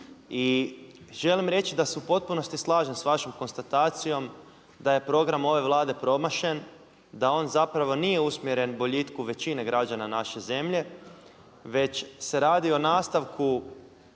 I želim reći da se u potpunosti slažem s vašom konstatacijom da je program ove Vlade promašen, da on zapravo nije usmjeren boljitku većine građana naše zemlje, već se radi o nastavku